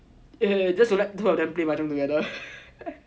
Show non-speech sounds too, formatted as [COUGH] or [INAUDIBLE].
[LAUGHS] just to let two of them play mahjong together